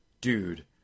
dude